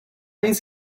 nic